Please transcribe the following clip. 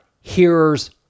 hearers